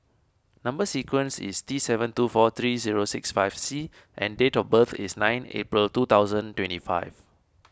Number Sequence is T seven two four three zero six five C and date of birth is nine April two thousand twenty five